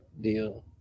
deal